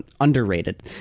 underrated